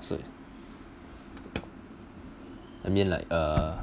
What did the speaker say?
sorry I mean like uh